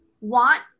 want